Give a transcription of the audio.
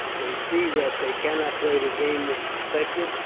they see that they cannot play the game they expected,